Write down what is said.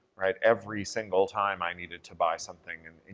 right. every single time i needed to buy something and,